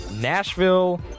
Nashville